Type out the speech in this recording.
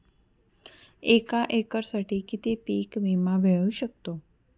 एका एकरसाठी किती पीक विमा मिळू शकतो?